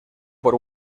por